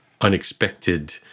unexpected